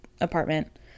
apartment